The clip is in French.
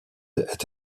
est